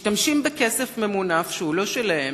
משתמשים בכסף ממונף, שהוא לא שלהם,